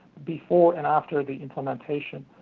before and after the implementation.